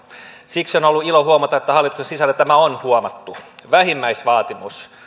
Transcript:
siksi on on ollut ilo huomata että hallituksen sisällä tämä on huomattu vähimmäisvaatimus